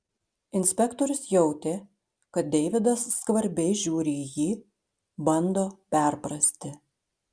inspektorius jautė kad deividas skvarbiai žiūri į jį bando perprasti